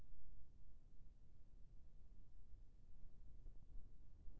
UPI सेवा के पूरा जानकारी मोला कोन करा से मिल सकही?